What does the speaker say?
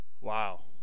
Wow